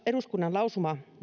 eduskunnan lausuma